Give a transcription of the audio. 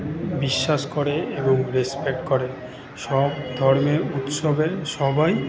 বিশ্বাস করে এবং রেসপেক্ট করে সব ধর্মের উৎসবে সবাই